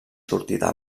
sortida